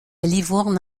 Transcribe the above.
livourne